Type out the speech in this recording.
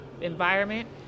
environment